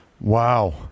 Wow